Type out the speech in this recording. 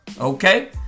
Okay